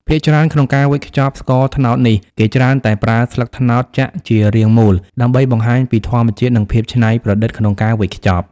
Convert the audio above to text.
ភាគច្រើន ក្នុងការវេចខ្ចប់ស្ករត្នោតនេះ គេច្រើនតែប្រើស្លឹកត្នោតចាក់ជារាងមូល ដើម្បីបង្ហាញពីធម្មជាតិ និងភាពច្នៃប្រឌិតក្នុងការវេចខ្ចប់។